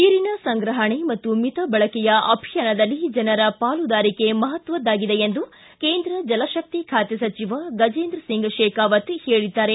ನೀರಿನ ಸಂಗ್ರಹಣೆ ಮತ್ತು ಮಿತ ಬಳಕೆಯ ಅಭಿಯಾನದಲ್ಲಿ ಜನರ ಪಾಲುದಾರಿಕೆ ಮಹತ್ವದ್ದಾಗಿದೆ ಎಂದು ಕೇಂದ್ರ ಜಲಶಕ್ತಿ ಖಾತೆ ಸಚಿವ ಗಜೇಂದ್ರ ಸಿಂಗ್ ಶೇಖಾವತ್ ಹೇಳಿದ್ದಾರೆ